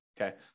Okay